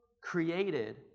created